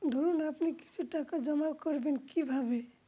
ধরুন আপনি কিছু টাকা জমা করবেন কিভাবে?